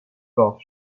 گاو